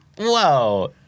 Whoa